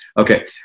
Okay